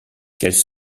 quels